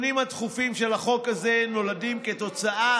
התיקונים הדחופים של החוק הזה נולדים כתוצאה